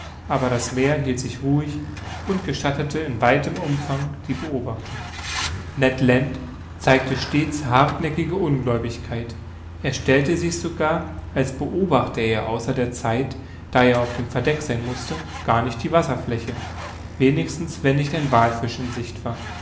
aber das meer hielt sich ruhig und gestattete in weitem umfang die beobachtung ned land zeigte stets hartnäckige ungläubigkeit er stellte sich sogar als beobachte er außer der zeit da er auf dem verdeck sein mußte gar nicht die wasserfläche wenigstens wenn nicht ein wallfisch in sicht war